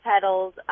petals